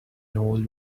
old